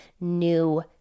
new